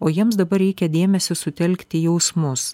o jiems dabar reikia dėmesį sutelkti į jausmus